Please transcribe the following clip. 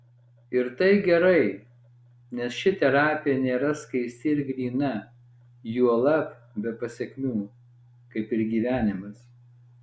ir tai gerai nes ši terapija nėra skaisti ir gryna juolab be pasekmių kaip ir gyvenimas